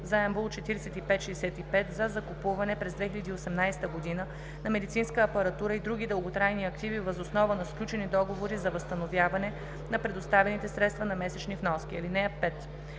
заем БУЛ 4565“ за закупуване през 2018 г. на медицинска апаратура и други дълготрайни активи въз основа на сключени договори за възстановяване на предоставените средства на месечни вноски. (5)